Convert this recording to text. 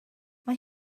mae